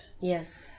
Yes